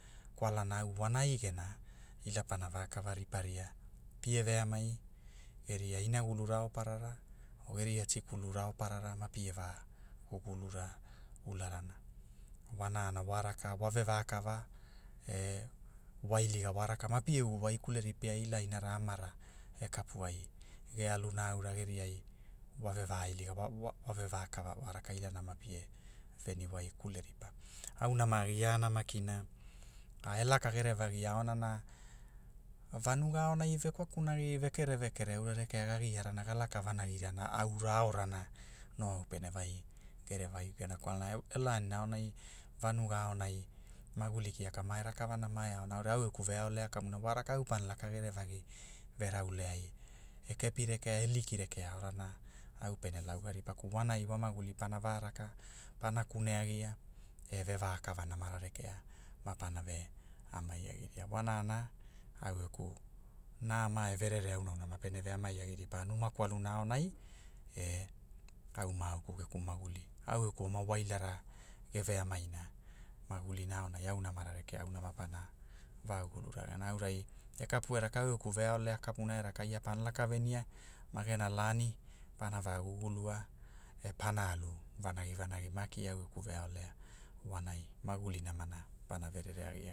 Kwalana au wanai gena, ila pana va kavara riparia, pie veamai, geria inagulu raoparara o geria rikulu raoparara ma pie vagugulura, ularana, wanana wa raka wa ve vakava e wa iliga wa raka mapie ugu waikule- ri pia ila ira inara amara e kapu ai, ge aluna aura geriai, wa ve vailiga wa ve vakava wa raka ilana mapie veni waikule ria- auna ma giana makina, a- e laka gerevagi aonana, vanuga aonai vekwaku nagi e vekere vekere aura rekea ga giarana ga laka vanagirana aura aorana, no penevai gerevai- gena- kwalana e- lanina aonai, vanuga aonai, maguli kiaka ma e rakavana ma e aona aurai au geku veaoea kamuna wa rakau pana laka gerevagi, verauleai, e kapirekea e liki rekea aorana, au pene lauga- ripaku wanai wa maguli pana va raka pana kune agia, e ve vakava namara rekea, mapanave- amaiagiria wanana, au geku, nama e verereauna auna mapene ve amai agiri- pa numa kwaluna aonai e au mauku geku maguli, au geku oma wailara geveamaina, magulina aonai au namara rekea auna mapana, va gugularana aurai e kapu e raka au geku veaolea kapuna e raka ia pana laka venia, magena lani, pana va gugulua, e pana alu, vanagi vanagi maki au geku veaolea wanai magulinamana pana verere agia.